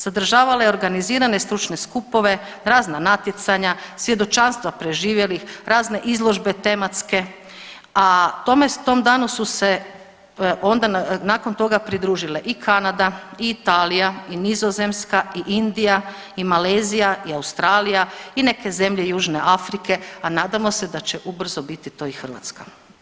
Sadržavala je organizirane i stručne skupove, razna natjecanja, svjedočanstva preživjelih, razne izložbe tematske, a tom danu su se onda nakon toga pridružile i Kanada i Italija, i Nizozemska, i Indija, i Malezija, i Australija i neke zemlje Južne Afrike, a nadamo da se da će ubrzo biti to i Hrvatska.